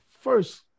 first